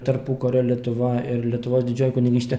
tarpukario lietuva ir lietuvos didžioji kunigystė